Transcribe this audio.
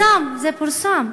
זה פורסם.